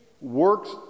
works